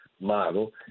model